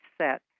set